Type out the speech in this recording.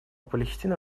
палестины